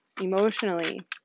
emotionally